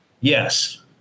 Yes